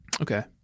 Okay